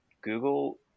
Google